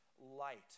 light